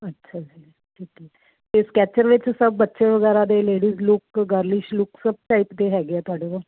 ਅੱਛਾ ਜੀ ਠੀਕ ਏ ਤੇ ਸਕੈਚਰ ਵਿੱਚ ਸਭ ਬੱਚੇ ਵਗੈਰਾ ਦੇ ਲੇਡੀਜ ਲੁੱਕ ਗਰਲਿਸ਼ ਲੁੱਕ ਸਭ ਟਾਈਪ ਤੇ ਹੈਗੇ ਆ ਤੁਹਾਡੇ ਕੋਲ